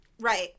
Right